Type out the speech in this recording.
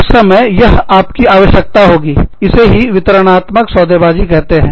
उस समय यह आप की आवश्यकता होगीइसे ही वितरणात्मक सौदेबाजी सौदाकारी कहते हैं